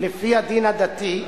לפי הדין הדתי,